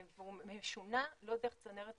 והוא משונע לא דרך צנרת החלוקה,